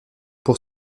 pour